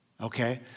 Okay